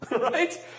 Right